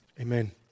Amen